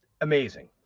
amazing